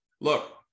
look